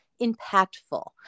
impactful